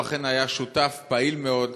הוא אכן היה שותף פעיל מאוד